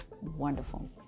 wonderful